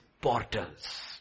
portals